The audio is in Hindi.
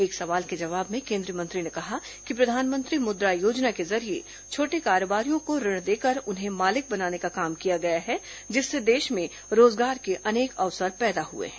एक सवाल के जवाब में केंद्रीय मंत्री ने कहा कि प्रधानमंत्री मुद्रा योजना के जरिये छोटे कारोबारियों को ऋण देकर उन्हें मालिक बनाने का काम किया गया है जिससे देश में रोजगार के अनेक अवसर पैदा हुए हैं